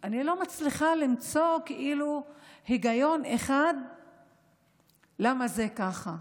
אני לא מצליחה למצוא היגיון אחד למה זה ככה.